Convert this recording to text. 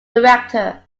director